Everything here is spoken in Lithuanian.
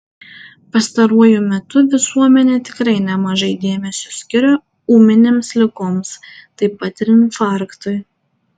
pastaruoju metu visuomenė tikrai nemažai dėmesio skiria ūminėms ligoms taip pat ir infarktui